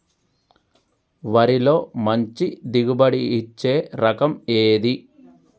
వరిలో మంచి దిగుబడి ఇచ్చే రకం ఏది?